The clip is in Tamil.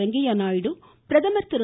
வெங்கைய நாயுடு பிரதமர் திரு